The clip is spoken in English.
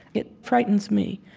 it frightens me.